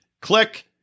click